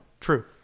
True